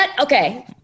okay